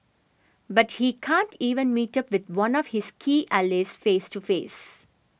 but he can't even meet up the one of his key allies face to face